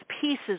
pieces